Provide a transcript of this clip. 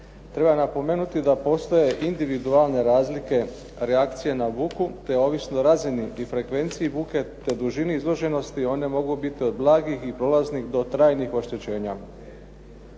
Treba napomenuti da postoje individualne razlike reakcije na budu, te ovisno o razini i frekvenciji buke, te dužini izloženosti one mogu biti od blagih i prolaznih do trajnih oštećenja.